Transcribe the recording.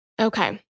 Okay